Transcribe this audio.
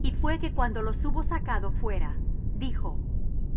y fué que cuando los hubo sacado fuera dijo